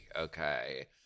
okay